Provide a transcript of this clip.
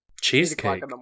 cheesecake